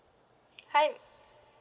hi